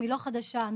לא חדשה,